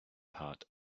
part